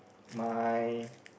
my